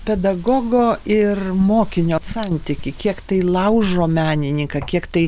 pedagogo ir mokinio santykį kiek tai laužo menininką kiek tai